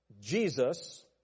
Jesus